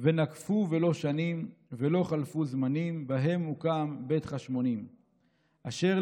נקפו לא שנים / לא חלפו זמנים / בהם הוקם / בית חשמונים / אשר,